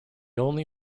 only